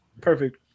Perfect